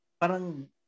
parang